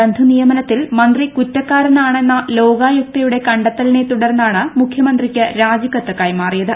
ബന്ധു നിയമനത്തിൽ മന്ത്രി കുറ്റക്കാരനാണെന്ന ലോകായുക്തയുടെ കണ്ടെത്തലിനെ തുടർന്നാണ് മുഖ്യമന്ത്രിക്ക് രാജിക്കത്ത് കൈമാറിയത്